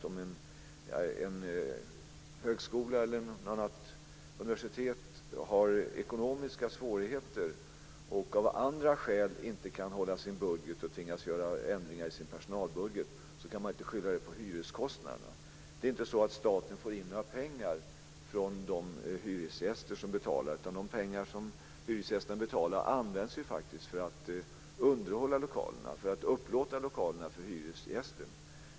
Om en högskola eller ett universitet har ekonomiska svårigheter och av andra skäl inte kan hålla sin budget och tvingas göra ändringar i sin personalbudget, så kan man inte skylla det på hyreskostnaderna. Det är inte så att staten får in några pengar från de hyresgäster som betalar, utan de pengar som hyresgästerna betalar används faktiskt för att underhålla lokalerna och för att upplåta lokalerna för hyresgästen.